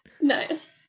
Nice